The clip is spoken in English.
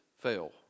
fail